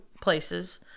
places